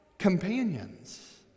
companions